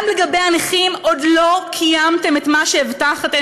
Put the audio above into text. גם לגבי הנכים עוד לא קיימתם את מה שהבטחתם.